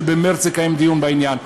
שבמרס יקיים דיון בעניין.